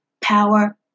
power